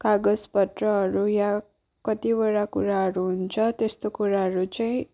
कागज पत्रहरू या कतिवटा कुराहरू हुन्छ त्यस्तो कुराहरू चाहिँ